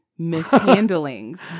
mishandlings